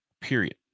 period